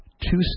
two